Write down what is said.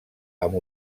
amb